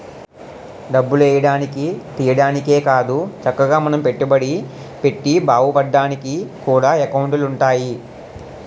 డబ్బులు ఎయ్యడానికి, తియ్యడానికే కాదు చక్కగా మనం పెట్టుబడి పెట్టి బావుపడ్డానికి కూడా ఎకౌంటులు ఉంటాయి